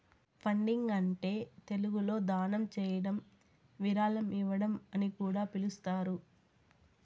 funding అంటే తెలుగులో దానం చేయడం విరాళం ఇవ్వడం అని కూడా పిలుస్తారు